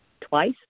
twice